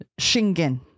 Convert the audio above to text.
Shingen